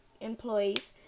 Employees